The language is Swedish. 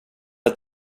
att